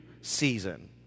season